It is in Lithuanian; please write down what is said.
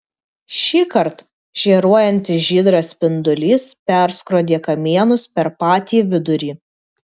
šįkart žėruojantis žydras spindulys perskrodė kamienus per patį vidurį